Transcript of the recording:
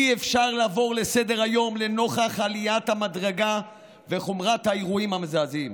אי-אפשר לעבור לסדר-היום לנוכח עליית המדרגה וחומרת האירועים המזעזעים.